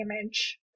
image